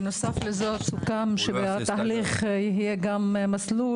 בנוסף לזאת סוכם שבתהליך יהיה גם מסלול